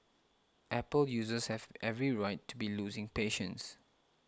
Apple users have every right to be losing patience